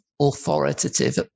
authoritative